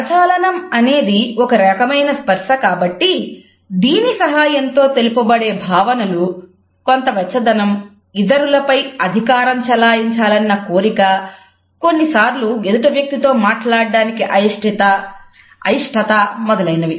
కరచాలనం అనేది ఒక రకమైన స్పర్శ కాబట్టి దీని సహాయంతో తెలుపబడే భావనలు కొంత వెచ్చదనం ఇతరులపై అధికారం చలాయించాలన్న కోరిక కొన్నిసార్లు ఎదుటి వ్యక్తితో మాట్లాడటానికి అయిష్టత మొదలైనవి